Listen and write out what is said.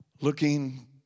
looking